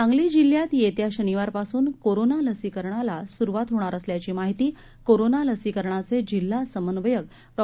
सांगलीजिल्ह्यातयेत्याशनिवारपासूनकोरोनालसीकरणालासुरुवातहोणारअसल्याचीमाहितीकोरोनालसीकरणाचेजिल्हासमन्वय कडॉ